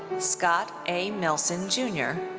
scott a millson jr.